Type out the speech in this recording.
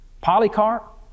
Polycarp